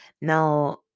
Now